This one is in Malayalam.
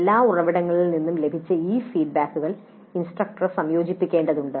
എല്ലാ ഉറവിടങ്ങളിൽ നിന്നും ലഭിച്ച ഈ ഫീഡ്ബാക്കുകൾ ഇൻസ്ട്രക്ടർ സംയോജിപ്പിക്കേണ്ടതുണ്ട്